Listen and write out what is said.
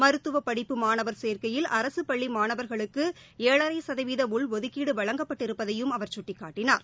மருத்துவ படிப்பு மாணவர் சேர்க்கையில் அரசு பள்ளி மாணவர்களுக்கு ஏழன சதவீத உள் ஒதுக்கீடு வழங்கப்பட்டிருப்பதையும் அவர் சுட்டிக்காட்டினார்